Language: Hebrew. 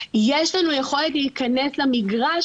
יש לנו יכולת להיכנס למגרש,